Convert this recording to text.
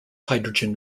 hydrogen